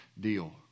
deal